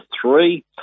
three